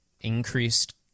increased